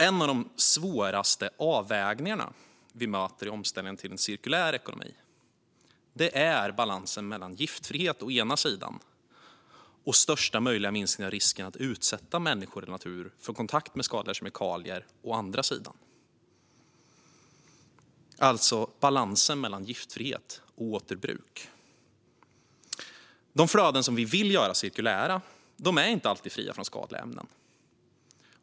En av de svåraste avvägningarna vi möter i omställningen till en cirkulär ekonomi är balansen mellan å ena sidan giftfrihet och största möjliga minskning av risken att utsätta människor och natur för kontakt med skadliga kemikalier och å andra sidan återbruk. De flöden som vi vill göra cirkulära är inte alltid fria från skadliga ämnen.